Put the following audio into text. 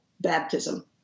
baptism